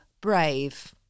brave